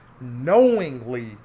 knowingly